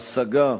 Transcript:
השגה,